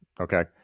Okay